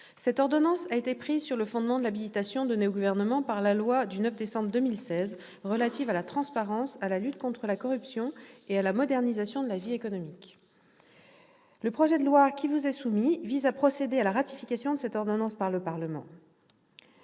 Cette ordonnance a été prise sur le fondement de l'habilitation donnée au Gouvernement par la loi n° 2016-1691 du 9 décembre 2016 relative à la transparence, à la lutte contre la corruption et à la modernisation de la vie économique. Le projet de loi qui vous est soumis vise à procéder à la ratification de cette ordonnance par le Parlement.